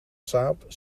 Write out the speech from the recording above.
saab